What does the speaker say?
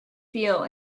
feel